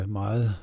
meget